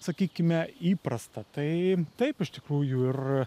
sakykime įprasta tai taip iš tikrųjų ir